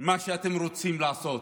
מה שאתם רוצים לעשות.